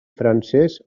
francès